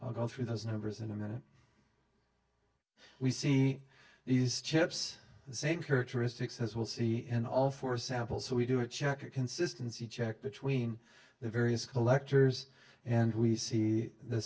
i'll go through those numbers in a minute we see these chips the same characteristics as we'll see in all four samples so we do a check or consistency check between the various collectors and we see the